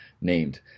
named